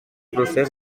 procés